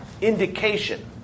indication